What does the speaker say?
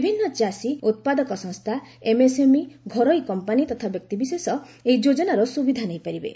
ବିଭିନ୍ନ ଚାଷୀ ଉତ୍ପାଦକ ସଂସ୍ଥା ଏମ୍ଏସ୍ଏମ୍ଇ ଘରୋଇ କମ୍ପାନୀ ତଥା ବ୍ୟକ୍ତିବିଶେଷ ଏହି ଯୋଜନାର ସୁବିଧା ନେଇପାରିବେ